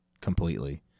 completely